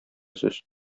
сүз